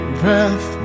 breath